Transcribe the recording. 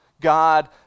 God